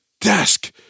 desk